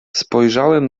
spojrzałem